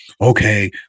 okay